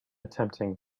attempting